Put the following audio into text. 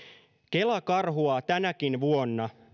kela karhuaa tänäkin vuonna